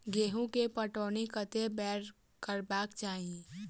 गेंहूँ केँ पटौनी कत्ते बेर करबाक चाहि?